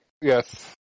Yes